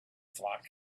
flock